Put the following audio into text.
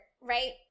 right